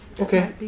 okay